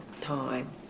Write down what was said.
time